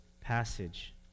passage